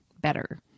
better